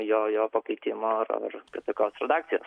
jo jo pakeitimo ar ar kitokios redakijos